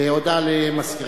הודעה למזכירת,